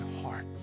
heart